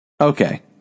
Okay